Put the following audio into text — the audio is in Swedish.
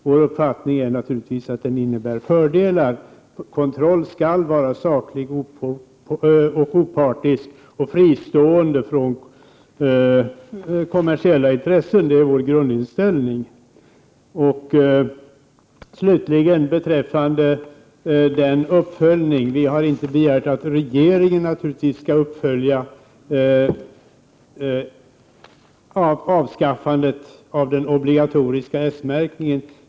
Vår uppfattning är naturligtvis att den innebär fördelar. Kontroll skall vara saklig och opartisk och fristående från kommersiella intressen. Det är vår grundinställning. Slutligen beträffande uppföljningen: Vi har inte begärt att regeringen skall följa upp avskaffandet av den obligatoriska S-märkningen.